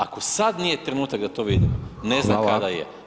Ako sad nije trenutak da to vidimo, ne znam [[Upadica: Hvala.]] kada je.